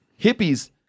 Hippies